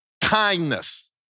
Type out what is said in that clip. kindness